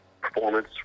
performance